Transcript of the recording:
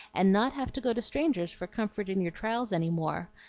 and not have to go to strangers for comfort in your trials any more.